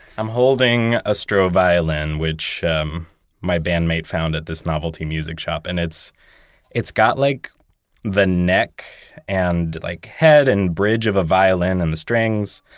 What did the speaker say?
i'm holding a stroh violin, which um my bandmate found at this novelty music shop, and it's it's got like the neck and like head and bridge of a violin and the strings,